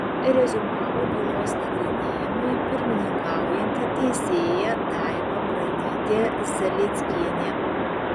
reziumavo bylos nagrinėjimui pirmininkaujanti teisėja daiva pranytė zalieckienė